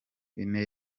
ine